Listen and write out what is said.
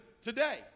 today